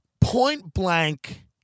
point-blank